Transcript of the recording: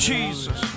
Jesus